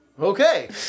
Okay